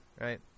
right